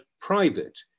private